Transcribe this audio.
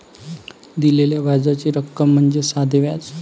दिलेल्या व्याजाची रक्कम म्हणजे साधे व्याज